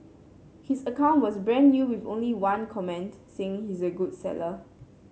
his account was brand new with only one comment saying he's a good seller